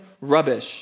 rubbish